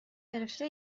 گرفته